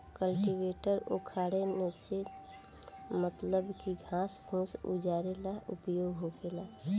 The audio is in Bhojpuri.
कल्टीवेटर उखारे नोचे मतलब की घास फूस उजारे ला उपयोग होखेला